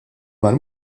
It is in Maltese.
mal